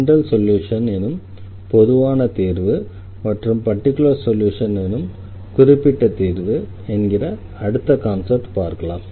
general solution எனும் பொதுவான தீர்வு மற்றும் பர்டிகுலர் சொல்யூஷன் எனும் குறிப்பிட்ட தீர்வு என்கிற அடுத்த கான்செப்டை பார்க்கலாம்